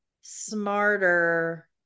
smarter